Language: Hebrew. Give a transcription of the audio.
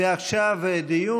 ועכשיו דיון.